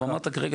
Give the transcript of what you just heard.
אבל אמרת כרגע